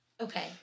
Okay